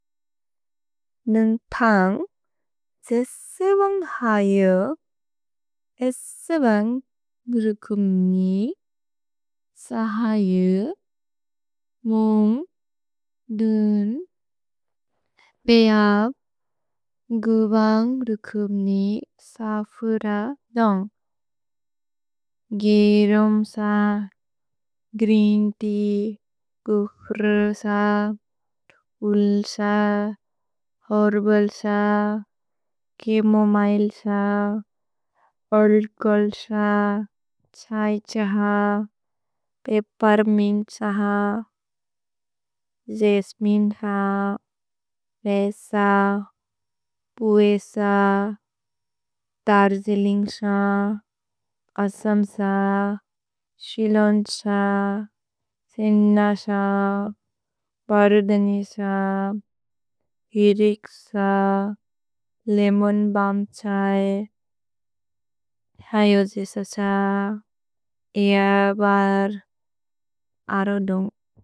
न्न्तन्ग्, सेस्वन्ग् हय्, एस्वन्ग् ग्र्कुम्नि, सहय्, मुन्ग्, द्न्, पेअब्, गुवन्ग् ग्र्कुम्नि, सफ्र, दुन्ग्। गेरुम्, ग्रीन् तेअ, गुह्र्, धुल्, हेर्बल्, छेमोमिले, अल्चोहोल्, छै, पेप्पेर्मिन्त्, जस्मिने, मेस, पुएस, तर्जिलिन्ग्स, असम्स, शिलोन्स, सिनस, बर्दनिस, हिरिक्स, लेमोन् बल्म् छै, हयोजिसस, एअबर्, अरो दुन्ग्।